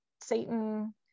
Satan